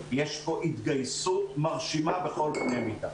יש פה התגייסות מרשימה בכל קנה מידה.